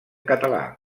català